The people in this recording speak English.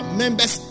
members